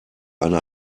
eine